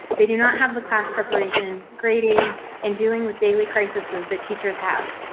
they do not have the class preparation. creating and dealing with daily crisis is that teachers have.